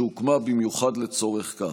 שהוקמה במיוחד לצורך כך.